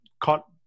caught